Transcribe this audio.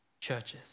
churches